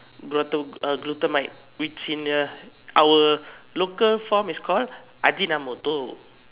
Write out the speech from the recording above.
glutam uh glutamate which in the our local form is called ajinamoto